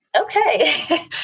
Okay